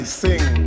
sing